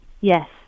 Yes